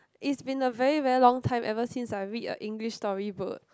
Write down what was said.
it's been a very very long time ever since I read a English story book